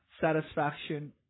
satisfaction